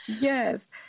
yes